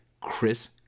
Chris